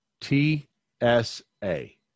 T-S-A